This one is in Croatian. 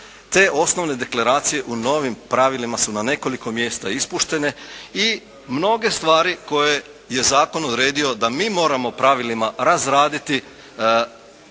Te osnovne deklaracije u novim pravilima su na nekoliko mjesta ispuštene i mnoge stvari koje je zakon odredio da mi moramo pravilima razraditi,